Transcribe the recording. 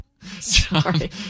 Sorry